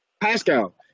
Pascal